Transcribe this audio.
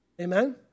Amen